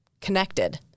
connected